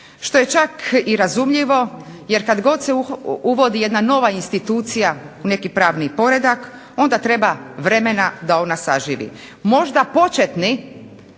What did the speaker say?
što je čak i razumljivo. Jer kad god se uvodi jedna nova institucija u neki pravni poredak onda treba vremena da ona saživi. Možda početni